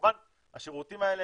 כמובן השירותים האלה,